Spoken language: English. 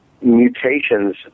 mutations